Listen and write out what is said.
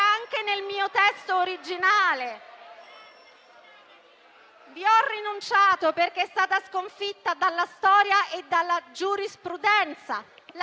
anche nel mio testo originale, ma vi ho rinunciato, perché è stata sconfitta dalla storia e dalla giurisprudenza. La